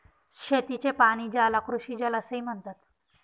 शेतीचे पाणी, ज्याला कृषीजल असेही म्हणतात